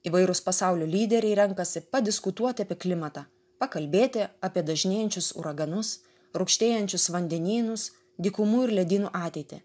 įvairūs pasaulio lyderiai renkasi padiskutuot apie klimatą pakalbėti apie dažnėjančius uraganus rūgštėjančius vandenynus dykumų ir ledynų ateitį